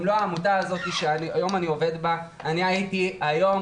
אם לא העמותה הזאת שאני היום עובד בה אני הייתי היום,